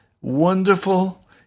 wonderful